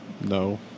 No